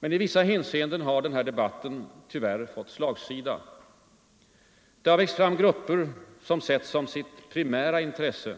Men i vissa hänseenden har debatten tyvärr fått slagsida. Det har växt fram grupper som sett som sitt primära intresse